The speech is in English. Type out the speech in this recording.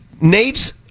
Nate's